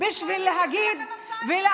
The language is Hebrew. בשביל להגיד, הקואליציה שלכם עשתה את זה.